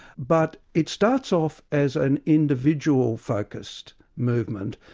but it starts off as an individual focused movement,